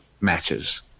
matches